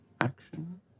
Action